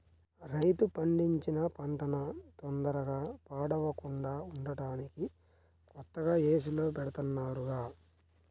రైతు పండించిన పంటన తొందరగా పాడవకుండా ఉంటానికి కొత్తగా ఏసీల్లో బెడతన్నారుగా